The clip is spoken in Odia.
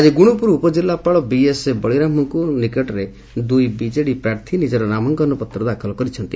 ଆଜି ଗୁଣୁପୁର ଉପଜିଲ୍ଲାପାଳ ବିଏସ୍ ବଳିରାମଙ୍ଙ ନିକଟରେ ଦୁଇ ବିଜେଡ଼ି ପ୍ରାର୍ଥୀ ନିକର ନାମାଙ୍କନପତ୍ର ଦାଖଲ କରିଛନ୍ତି